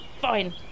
Fine